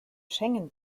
schengen